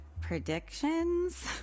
predictions